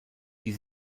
die